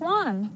one